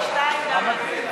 אחמד טיבי,